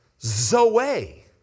Zoe